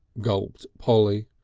gulped polly.